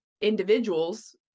individuals